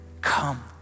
come